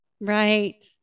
right